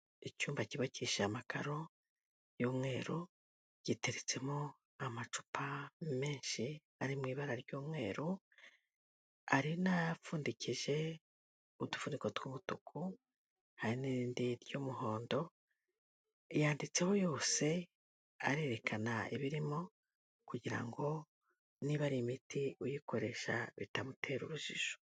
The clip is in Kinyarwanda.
Icyumba cyubakishije amakaro y'umweru, giteretsemo amacupa menshi ari mu ibara ry'umweru, hari n'apfundikije udufuniko tw'umutuku, hari n'irindi ry'umuhondo, yanditseho yose, arerekana ibirimo kugira ngo niba ari imiti uyikoresha bitamutera urujijo.